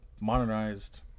modernized